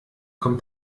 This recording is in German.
kommt